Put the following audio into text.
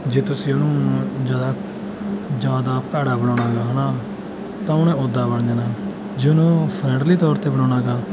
ਜੇ ਤੁਸੀਂ ਉਹਨੂੰ ਜ਼ਿਆਦਾ ਜ਼ਿਆਦਾ ਭੈੜਾ ਬਣਾਉਣਾ ਗਾ ਹੈ ਨਾ ਤਾਂ ਉਹਨੇ ਉੱਦਾਂ ਬਣ ਜਾਣਾ ਜੇ ਉਹਨੂੰ ਫਰੈਂਡਲੀ ਤੌਰ 'ਤੇ ਬਣਾਉਣਾ ਗਾ